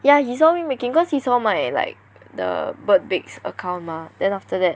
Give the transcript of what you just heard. ya he saw me making cause he saw my like the bird bakes account mah then after that